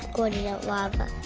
squirted out lava.